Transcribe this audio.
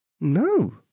No